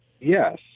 Yes